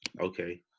Okay